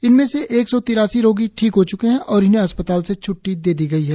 इनमें से एक सौ तिरासी रोगी ठीक हो च्के हैं और इन्हें अस्पताल से छ्ट्टी दे दी गई है